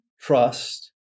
trust